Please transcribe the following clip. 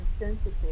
insensitive